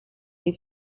you